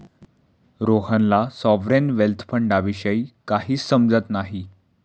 रोहनला sovereign wealth फंडाविषयी काहीच समजत नाही